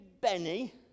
Benny